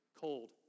cold